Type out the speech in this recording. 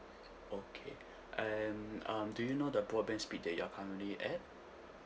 okay and um do you know the broadband speed that you're currently at